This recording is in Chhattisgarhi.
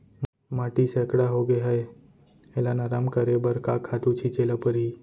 माटी सैकड़ा होगे है एला नरम करे बर का खातू छिंचे ल परहि?